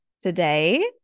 Today